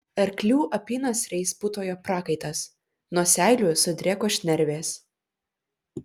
arklių apynasriais putojo prakaitas nuo seilių sudrėko šnervės